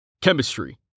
Chemistry